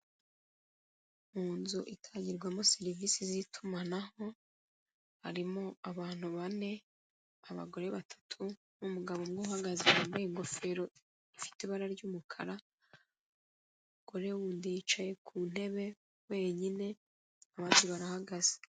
Mu nzu itangirwamo serivisi z'itumanaho, harimo abantu bane, abagore batatu n'umugabo umwe uhagaze wambaye ingofero ifite ibara ry'umukara, umugore w'undi yicaye ku ntebe wenyine abandi barahagaze.